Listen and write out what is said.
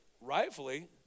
rightfully